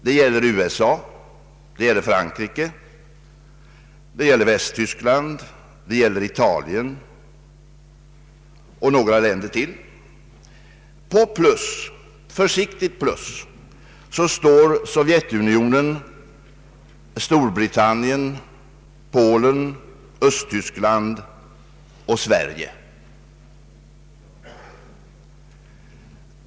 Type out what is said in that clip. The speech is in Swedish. Det gäller USA, Frankrike, Västtyskland, Italien och ytterligare några. På ett försiktigt plus står Sovjetunionen, Storbritannien, Polen, Östtyskland och Sverige.